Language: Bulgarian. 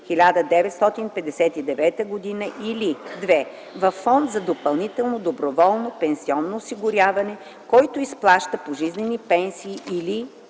1959 г., или 2. във фонд за допълнително доброволно пенсионно осигуряване, който изплаща пожизнени пенсии, или